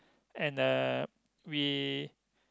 and uh we